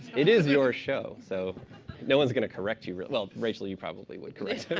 it is your show. so no one is going to correct you, really well, rachel, you probably would correct him.